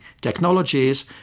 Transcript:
technologies